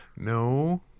no